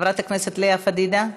חברת הכנסת לאה פדידה,